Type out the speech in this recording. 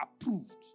approved